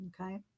okay